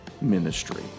ministry